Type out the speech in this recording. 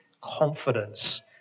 confidence